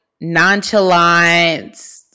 nonchalant